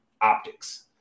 optics